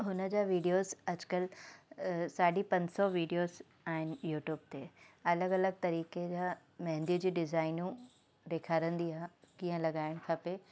हुन जा वीडियोज़ अॼुकल्ह साढी पंज सौ वीडियोज़ आहिनि यूट्यूब ते अलॻि अलॻि तरीक़े जा मेहंदी जी डिज़ाइनूं ॾेखारंदी आहे कीअं लॻाइणु खपे